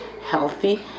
healthy